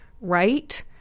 right